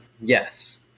Yes